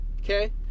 Okay